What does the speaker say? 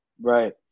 right